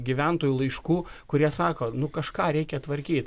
gyventojų laiškų kurie sako nu kažką reikia tvarkyt